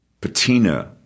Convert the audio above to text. patina